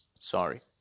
Sorry